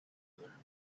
other